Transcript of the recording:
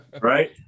Right